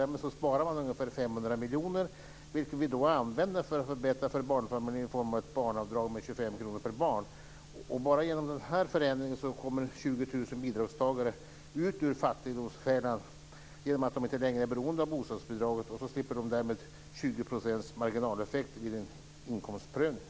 Därmed sparar man ungefär 500 miljoner kronor, som vi använder för att förbättra för barnfamiljer i form av ett barnavdrag med 25 kr per barn. Bara genom den här förändringen kommer 20 000 bidragstagare ut ur fattigdomsfällan genom att inte längre vara beroende av bostadsbidraget. Därmed slipper de 20 % marginaleffekt vid en inkomstökning.